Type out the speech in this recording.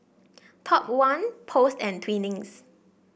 Top One Post and Twinings